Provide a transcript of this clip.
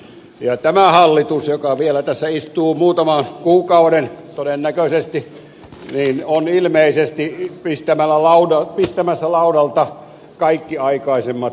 tämä hallitus joka todennäköisesti vielä tässä istuu muutaman kuukauden on ilmeisesti pistämässä laudalta kaikki aikaisemmat hallitukset